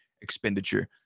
expenditure